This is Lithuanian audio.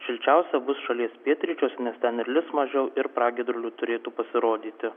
šilčiausia bus šalies pietryčiuose nes ten lis mažiau ir pragiedrulių turėtų pasirodyti